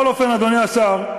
בכל אופן, אדוני השר,